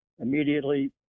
immediately